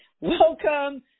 Welcome